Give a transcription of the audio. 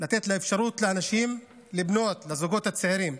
לתת אפשרות לאנשים לבנות, לזוגות הצעירים.